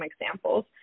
examples